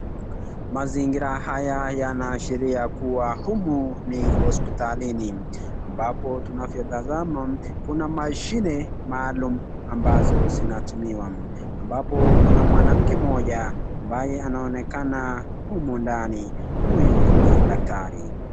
Mazingira haya yanaashiria kuwa humu ni hospitalini ambapo tunavyotazama kuna mashine maalum ambazo zinatumiwa. Ambapo kuna mwanamke mmoja ambaye anaonekana humu ndani, huyu ni daktari.